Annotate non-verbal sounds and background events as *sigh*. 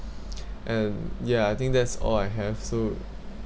*noise* and ya I think that's all I have so